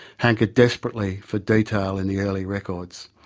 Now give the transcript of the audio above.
hanker desperately for detail in the early records.